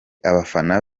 abafana